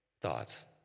thoughts